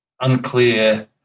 unclear